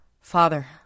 Father